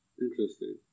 Interesting